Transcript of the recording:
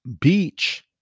beach